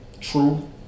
True